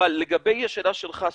אבל לגבי השאלה שלך הספציפית,